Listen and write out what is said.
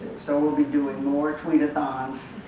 so we'll be doing more tweet-a-thons,